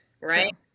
Right